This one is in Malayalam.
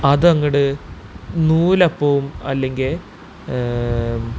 അതങ്ങട് നൂലപ്പവും അല്ലെങ്കിൽ